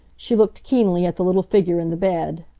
she looked keenly at the little figure in the bed.